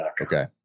Okay